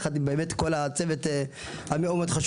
יחד עם באמת כל הצוות המאוד מאוד חשוב